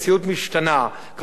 כמו שאנו חיים בה כרגע,